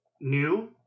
new